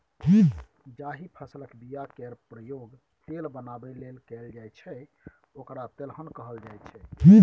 जाहि फसलक बीया केर प्रयोग तेल बनाबै लेल कएल जाइ छै ओकरा तेलहन कहल जाइ छै